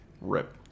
Rip